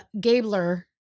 Gabler